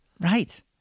Right